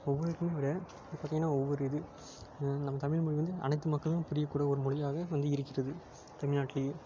ஒவ்வொரு இதுவும் விட இப்போ பார்த்தீங்கன்னா ஒவ்வொரு இது நம்ம தமிழ் மொழி வந்து அனைத்து மக்களும் புரியக்கூடிய ஒரு மொழியாக வந்து இருக்கிறது தமிழ்நாட்லேயே